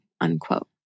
unquote